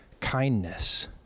kindness